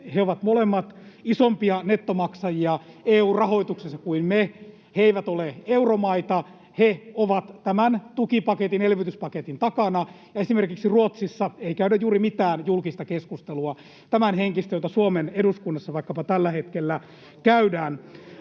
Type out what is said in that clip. Ne ovat molemmat isompia nettomaksajia EU-rahoituksessa kuin me. Ne eivät ole euromaita. Ne ovat tämän tukipaketin, elvytyspaketin, takana, ja esimerkiksi Ruotsissa ei käydä juuri mitään tämänhenkistä julkista keskustelua, jota Suomen eduskunnassa vaikkapa tällä hetkellä käydään.